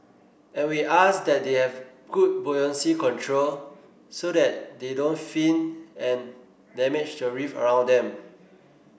and we ask that they have good buoyancy control so they they don't fin and damage the reef around them